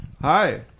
Hi